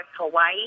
Hawaii